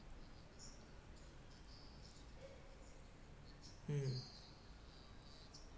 mm